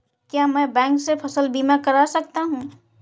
क्या मैं बैंक से फसल बीमा करा सकता हूँ?